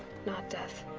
not death.